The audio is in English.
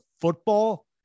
football